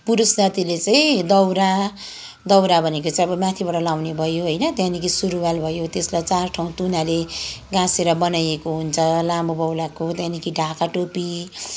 पुरुष जातिले चाहिँ दौरा दौरा भनेको चाहिँ माथिबाट लाउने भयो होइन त्यहाँदेखि सुरुवाल भयो त्यसलाई चार ठाउँ तुनाले गाँसेर बनाइएको हुन्छ लामो बौलाको त्यहाँदेखि ढाका टोपी